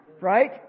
Right